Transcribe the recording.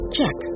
Check